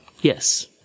Yes